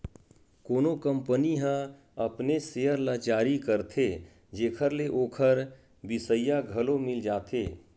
कोनो कंपनी ह अपनेच सेयर ल जारी करथे जेखर ले ओखर बिसइया घलो मिल जाथे